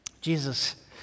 Jesus